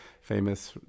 Famous